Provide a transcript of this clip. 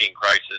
crisis